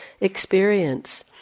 experience